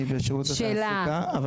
אני בשירות התעסוקה.